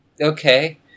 Okay